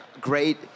great